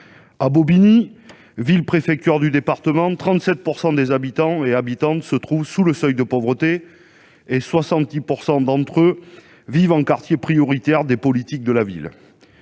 À Bobigny, ville préfecture du département, 37 % des habitants se trouvent sous le seuil de pauvreté, et 70 % d'entre eux vivent en quartier prioritaire des politiques de la ville.